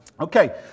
Okay